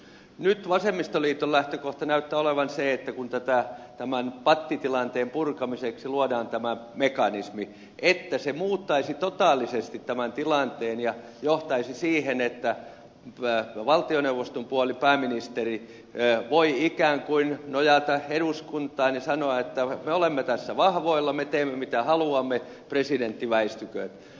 nyt vasemmistoliiton lähtökohta näyttää olevan se kun tämän pattitilanteen purkamiseksi luodaan tämä mekanismi että se muuttaisi totaalisesti tämän tilanteen ja johtaisi siihen että valtioneuvoston puoli pääministeri voi ikään kuin nojata eduskuntaan ja sanoa että me olemme tässä vahvoilla me teemme mitä haluamme presidentti väistyköön